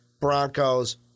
Broncos